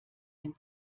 den